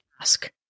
ask